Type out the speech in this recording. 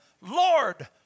Lord